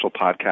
podcast